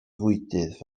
fwydydd